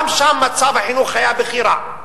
גם שם מצב החינוך היה בכי רע.